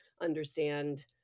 understand